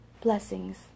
blessings